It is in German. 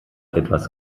etwas